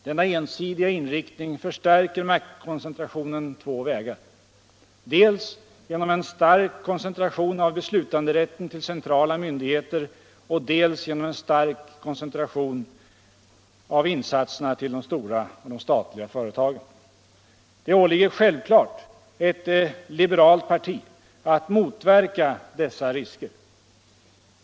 Denna ensidiga inriktning förstärker maktkoncentrationen på två vägar: dels genom en stark koncentration av beslutanderätten till centrala myndigheter, dels genom en stark koncentration av insatserna till de stora och de statliga företagen. Det åligger självklart ett liberalt parti att motverka dessa risker.